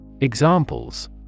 Examples